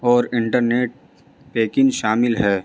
اور internet packing شامل ہے